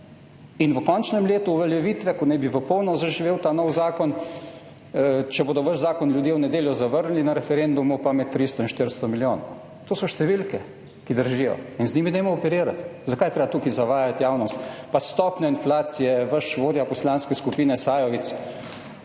v končnem letu uveljavitve, ko naj bi v polnem zaživel ta novi zakon, če bodo vaš zakon ljudje v nedeljo zavrnili na referendumu, pa med 300 in 400 milijoni. To so številke, ki držijo, in z njimi dajmo operirati. Zakaj je treba tukaj zavajati javnost? Pa stopnja inflacije. Vaš vodja poslanske skupine Sajovic: